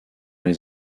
les